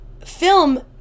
film